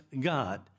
God